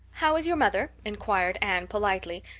how is your mother? inquired anne politely,